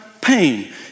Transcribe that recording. pain